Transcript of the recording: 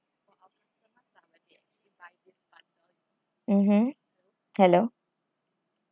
mmhmm hello